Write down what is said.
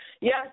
Yes